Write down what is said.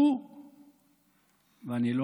לו אני הייתי אומר,